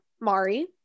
mari